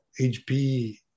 HP